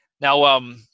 Now